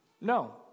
No